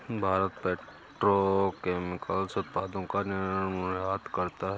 Bharat petrochemicals उत्पादों का निर्यात करता है